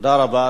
תודה רבה.